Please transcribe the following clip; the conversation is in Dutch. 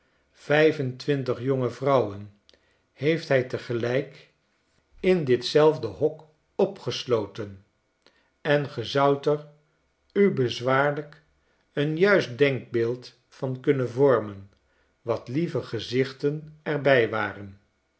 vijf en twintig jonge vrouwen heeffc hij tegelijk in ditzelfde hok opgesloten en ge zoudt er u bezwaarlijk een juist denkbeeld van kunnen vormen wat lieve gezichten er bij waren